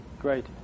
Great